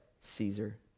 Caesar